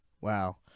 Wow